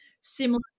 similar